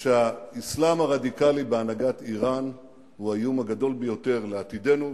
שהאסלאם הרדיקלי בהנהגת אירן הוא האיום הגדול ביותר על עתידנו,